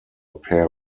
pair